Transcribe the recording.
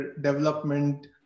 development